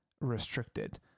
restricted